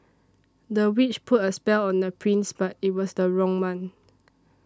the witch put a spell on the prince but it was the wrong one